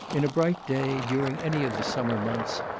in a bright day, during any of the summer months,